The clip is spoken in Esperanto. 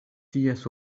ties